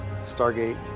Stargate